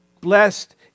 Blessed